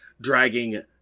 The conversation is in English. dragging